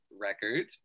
record